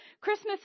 Christmas